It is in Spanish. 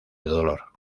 dolor